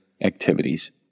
activities